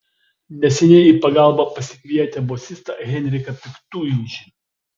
neseniai į pagalbą pasikvietę bosistą henriką piktuižį